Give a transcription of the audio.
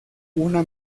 una